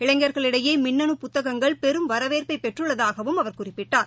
இளைஞர்களிடையேமிண்ணணு புத்தகங்கள் பெரும் வரவேற்பைபெற்றுள்ளதாகவும் அவர் குறிப்பிட்டார்